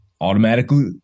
automatically